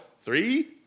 three